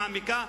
המעמיקה,